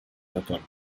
затора